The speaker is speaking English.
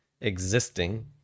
existing